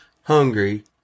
hungry